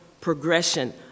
progression